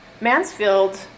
Mansfield